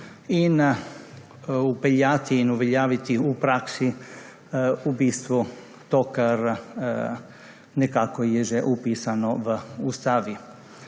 in vpeljati in uveljaviti v praksi v bistvu to, kar nekako je že vpisano v Ustavi.